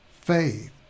Faith